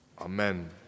Amen